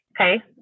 Okay